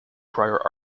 prior